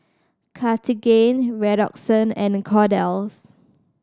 Cartigain Redoxon and Kordel's